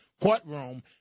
courtroom